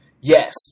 Yes